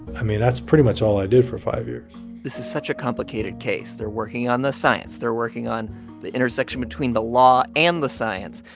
i mean, that's pretty much all i did for five years this is such a complicated case. they're working on the science. they're working on the intersection between the law and the science.